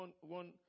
one